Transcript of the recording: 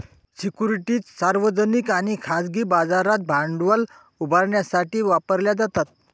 securities सार्वजनिक आणि खाजगी बाजारात भांडवल उभारण्यासाठी वापरल्या जातात